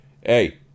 hey